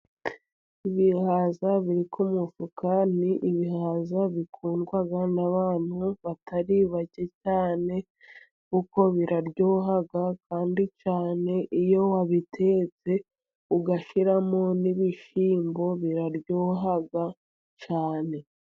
Ibihaza biri ku mufuka, ni ibihaza bikundwa n'abantu batari bake cyane, kuko biraryoha kandi cyane, iyo wabitetse ugashyiramo n'ibishyimbo, biraryoha cyane.